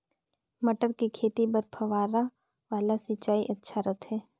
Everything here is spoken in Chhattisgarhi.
मटर के खेती बर फव्वारा वाला सिंचाई अच्छा रथे?